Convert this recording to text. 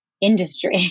industry